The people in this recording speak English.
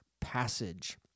Passage